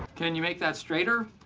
can you make that straighter?